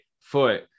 foot